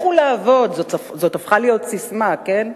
לכו לעבוד, זו הפכה להיות ססמה שגורה.